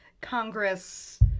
Congress